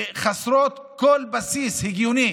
זה בגלל החלטות פוליטיות חסרות כל בסיס הגיוני,